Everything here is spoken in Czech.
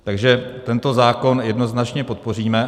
Takže tento zákon jednoznačně podpoříme.